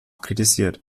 kritisiert